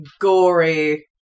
gory